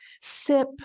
sip